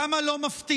כמה לא מפתיע,